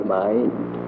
mind